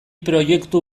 proiektu